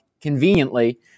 conveniently